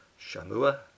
Shamua